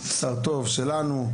שר טוב שלנו.